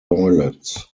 toilets